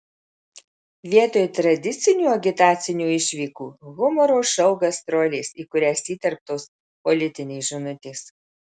vietoj tradicinių agitacinių išvykų humoro šou gastrolės į kurias įterptos politinės žinutės